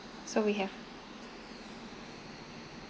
so we have